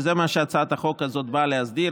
וזה מה שהצעת החוק הזאת באה להסדיר,